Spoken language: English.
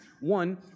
One